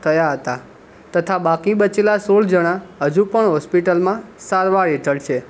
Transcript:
થયા હતા તથા બાકી બચેલા સોળ જણા હજુ પણ હૉસ્પિટલમાં સારવાર હેઠળ છે